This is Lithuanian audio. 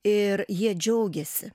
ir jie džiaugiasi